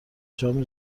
جام